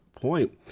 point